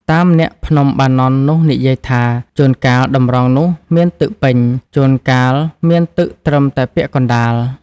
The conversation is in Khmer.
តាមអ្នកភ្នំបាណន់នោះនិយាយថា ចួនកាលតម្រងនោះមានទឹកពេញ ចួនកាល់មានទឹកត្រឹមតែពាក់ កណ្តាល,